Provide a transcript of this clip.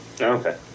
okay